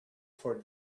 for